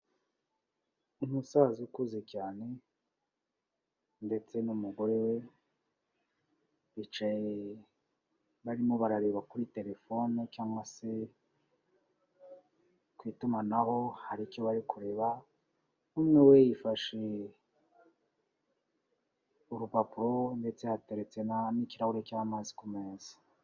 Umusaza ukuze cyane ndetse n'umugore we, bicaye barimo barareba kuri telefone cyangwa se ku itumanaho, hari icyo bari kureba, umwe we yafashe urupapuro ndetse hateretse n'ikirahure cy'amazi ku meza.